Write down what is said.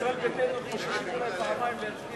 הצעת